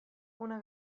una